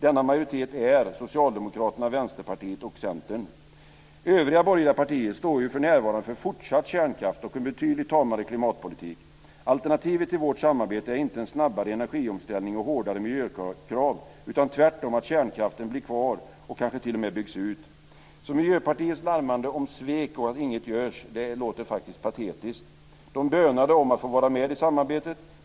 Denna majoritet är Övriga borgerliga partier står för närvarande för fortsatt kärnkraft och en betydligt tamare klimatpolitik. Alternativet till vårt samarbete är inte en snabbare energiomställning och hårdare miljökrav utan tvärtom att kärnkraften blir kvar och kanske till och med byggs ut. Miljöpartiets larmande om svek och att ingenting görs låter faktiskt patetiskt. De bönade om att få vara med i samarbetet.